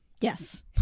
Yes